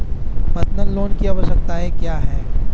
Personal loan की आवश्यकताएं क्या हैं?